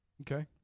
okay